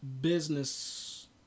business